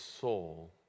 soul